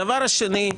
הדבר השני.